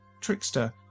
trickster